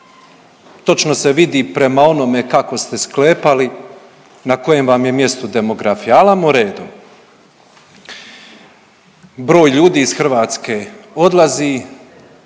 točno se vidi prema onome kako ste sklepali, na kojem vam je mjestu demografija, al' ajmo redom. Broj ljudi iz Hrvatske odlazi,